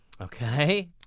Okay